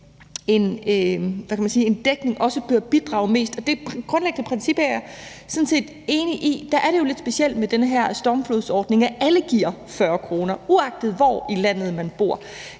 en dækning, også bør bidrage mest. Det grundlæggende princip er jeg sådan set enig i. Men der er det jo lidt specielt med den her stormflodsordning, at alle giver 40 kr., uagtet hvor i landet man bor.